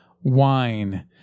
wine